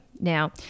Now